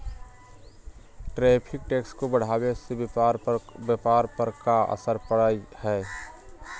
tariff tax के बढ़ावे से व्यापार पर का असर पड़ा हई